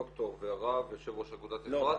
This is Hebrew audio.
ד"ר ויו"ר אגודת אפרת.